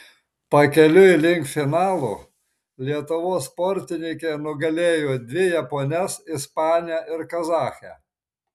pakeliui link finalo lietuvos sportininkė nugalėjo dvi japones ispanę ir kazachę